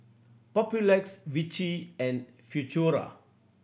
Papulex Vichy and Futuro